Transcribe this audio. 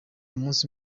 umunsi